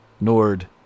Nord